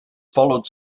followed